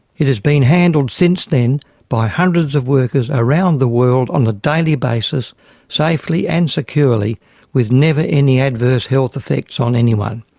it has been handled since then by hundreds of workers around the world on a daily basis safely and securely with never any adverse health effects on anyone.